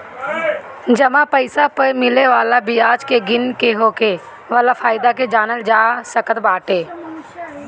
जमा पईसा पअ मिले वाला बियाज के गिन के होखे वाला फायदा के जानल जा सकत बाटे